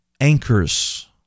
anchors